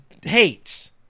hates